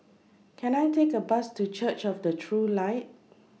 Can I Take A Bus to Church of The True Light